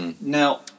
Now